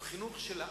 הוא חינוך של האבא,